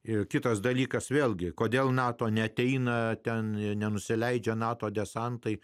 ir kitas dalykas vėlgi kodėl nato neateina ten nenusileidžia nato desantai